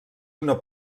una